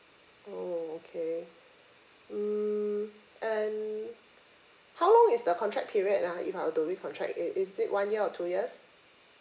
oh okay mm and how long is the contract period ah if I were to recontract it is it one year or two years